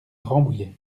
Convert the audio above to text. rambouillet